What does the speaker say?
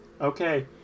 Okay